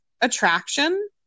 attraction